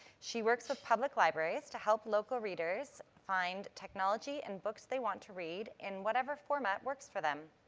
she works with public libraries to help local readers find technology and books they want to read in whatever format works for them.